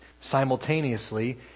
simultaneously